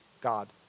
God